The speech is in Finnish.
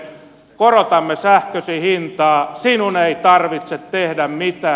korotamme sähkösi hintaa sinun ei tarvitse tehdä mitään